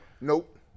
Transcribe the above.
Nope